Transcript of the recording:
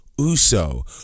Uso